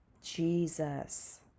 Jesus